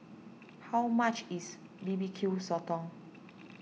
how much is B B Q Sotong